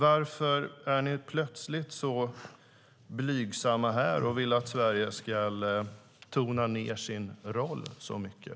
Varför är ni plötsligt så blygsamma här och vill att Sverige ska tona ned sin roll så mycket?